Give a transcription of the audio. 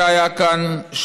שהיה כאן,